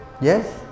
Yes